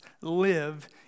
live